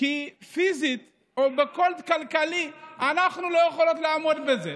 כי פיזית או, כלכלי, אנחנו לא יכולות לעמוד בזה.